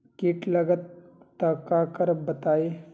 कीट लगत त क करब बताई?